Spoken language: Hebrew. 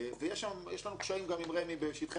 יש לנו קשיים עם רמ"י גם בשטחי מדינת ישראל.